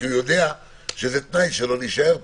כי הוא יודע שזה תנאי שלו להישאר פה.